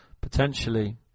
potentially